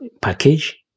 package